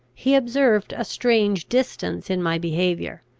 he observed a strange distance in my behaviour,